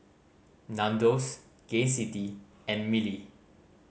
Nandos Gain City and Mili